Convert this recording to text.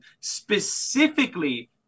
specifically